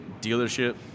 Dealership